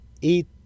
eat